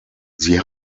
sie